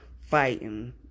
fighting